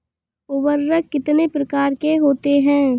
उर्वरक कितनी प्रकार के होते हैं?